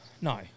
No